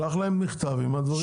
שלח להם מכתב עם הדברים.